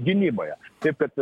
gynyboje taip kad